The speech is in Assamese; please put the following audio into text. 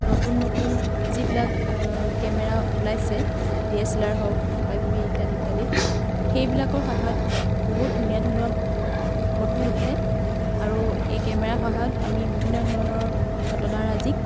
নতুন নতুন যিবিলাক কেমেৰা ওলাইছে ডি এছ এল আৰ হওক কিবা কিবি ইত্যাদি ইত্যাদি সেইবিলাকৰ সহায়ত বহুত ধুনীয়া ধুনীয়া ফটো উঠে আৰু এই কেমেৰাৰ সহায়ত আমি বিভিন্ন ধৰণৰ ঘটনাৰাজিক